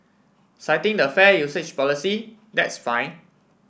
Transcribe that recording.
citing the fair usage policy that's fine